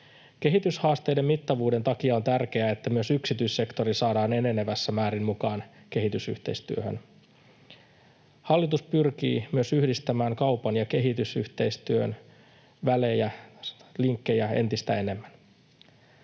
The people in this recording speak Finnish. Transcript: Kehityshaasteiden mittavuuden takia on tärkeää, että myös yksityissektori saadaan enenevässä määrin mukaan kehitysyhteistyöhön. Hallitus pyrkii myös yhdistämään kaupan ja kehitysyhteistyön linkkejä entistä enemmän.